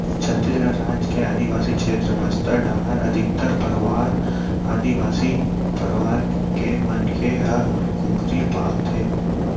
छत्तीसगढ़ राज के आदिवासी छेत्र बस्तर डाहर अधिकतर परवार आदिवासी परवार के मनखे ह कुकरी पालथें